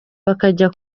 bakajya